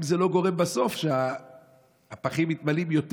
האם זה לא גורם בסוף שהפחים מתמלאים יותר?